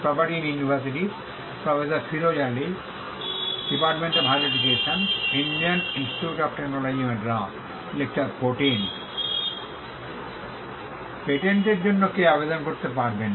পেটেন্টের জন্য কে আবেদন করতে পারবেন